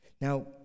Now